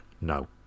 no